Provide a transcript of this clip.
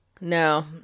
No